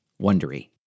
Wondery